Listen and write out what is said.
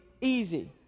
easy